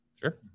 Sure